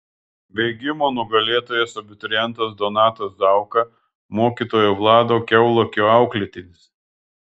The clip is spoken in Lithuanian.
bėgimo nugalėtojas abiturientas donatas zauka mokytojo vlado kiaulakio auklėtinis